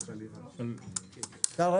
אין.